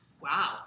Wow